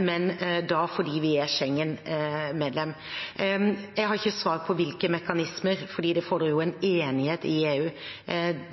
men da fordi vi er Schengen-medlem. Jeg har ikke svar på hvilke mekanismer, for det fordrer en enighet i EU. Det